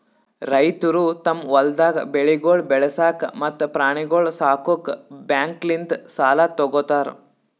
ರೈತುರು ತಮ್ ಹೊಲ್ದಾಗ್ ಬೆಳೆಗೊಳ್ ಬೆಳಸಾಕ್ ಮತ್ತ ಪ್ರಾಣಿಗೊಳ್ ಸಾಕುಕ್ ಬ್ಯಾಂಕ್ಲಿಂತ್ ಸಾಲ ತೊ ಗೋತಾರ್